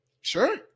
Sure